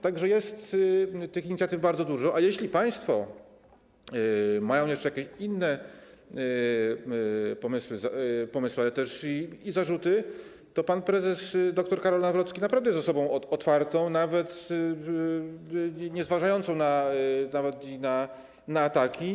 Tak że jest tych inicjatyw bardzo dużo, a jeśli państwo mają jeszcze jakieś inne pomysły, ale też zarzuty, to pan prezes dr Karol Nawrocki naprawdę jest osobą otwartą, nie zważającą nawet na ataki.